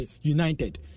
United